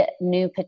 new